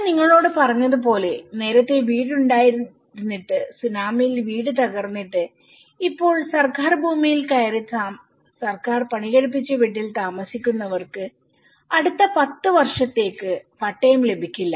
ഞാൻ നിങ്ങളോട് പറഞ്ഞത് പോലെ നേരത്തെ വീടുണ്ടായിരുന്നിട്ട് സുനാമിയിൽ വീട് തകർന്നിട്ട് ഇപ്പോൾ സർക്കാർ ഭൂമിയിൽ കയറി സർക്കാർ പണികഴിപ്പിച്ച വീട്ടിൽ താമസിക്കുന്നവർക്ക് അടുത്ത പത്ത് വർഷത്തേക്ക് പട്ടയം ലഭിക്കില്ല